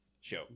show